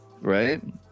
Right